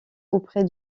auprès